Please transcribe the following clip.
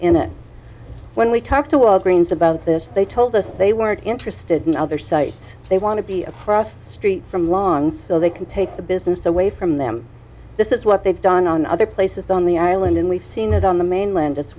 in it when we talk to walgreen's about this they told us they weren't interested in other sites they want to be across the street from longs so they can take the business away from them this is what they've done on other places on the island and we've seen it on the mainland as